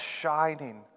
shining